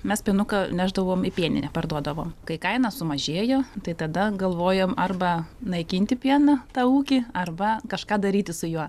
mes pienuką nešdavom į pieninę parduodavom kai kaina sumažėjo tai tada galvojom arba naikinti pieną tą ūkį arba kažką daryti su juo